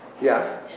Yes